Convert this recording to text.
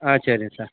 ஆ சரிங்க சார்